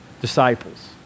Disciples